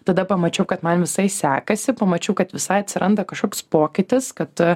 tada pamačiau kad man visai sekasi pamačiau kad visai atsiranda kažkoks pokytis kad